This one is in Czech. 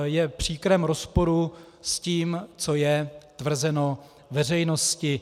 Je v příkrém rozporu s tím, co je tvrzeno veřejnosti.